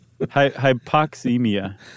Hypoxemia